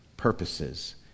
purposes